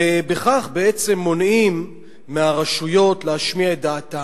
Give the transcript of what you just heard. ובכך בעצם מונעים מהרשויות להשמיע את דעתן.